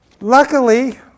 Luckily